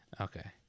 Okay